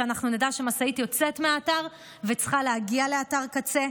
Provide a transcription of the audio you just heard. אנחנו נדע כשמשאית יוצאת מאתר וצריכה להגיע לאתר קצה.